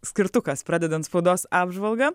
skirtukas pradedant spaudos apžvalgą